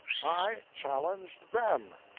i challenge them.